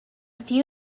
few